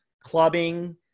clubbing